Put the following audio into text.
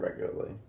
regularly